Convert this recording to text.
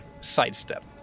sidestep